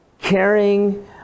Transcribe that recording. caring